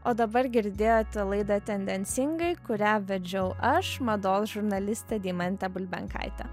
o dabar girdėjote laidą tendencingai kurią vedžiau aš mados žurnalistė deimantė bulbenkaitė